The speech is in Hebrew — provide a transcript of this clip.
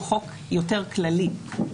הוא חוק יותר כללי.